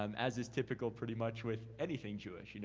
um as is typical pretty much with anything jewish. you know,